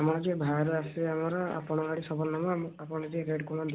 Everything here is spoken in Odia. ଆମର ଯୋଉ ବାହାରୁ ଆସିବେ ଆମର ଆପଣଙ୍କ ଆଡ଼େ ଆପଣ ଟିକିଏ ରେଟ୍ କମାନ୍ତୁ